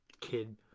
kid